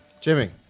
Jimmy